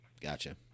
Gotcha